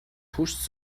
pushed